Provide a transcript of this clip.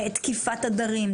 תקיפת עדרים,